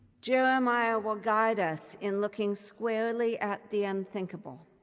jeremiah will guide us in looking squarely at the unthinkable